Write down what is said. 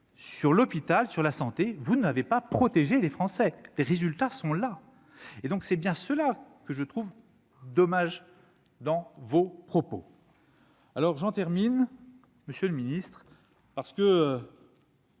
sur l'hôpital sur la santé, vous n'avez pas protégé les Français, les résultats sont là, et donc c'est bien cela que je trouve dommage dans vos propos, alors j'en termine monsieur le Ministre. Certes,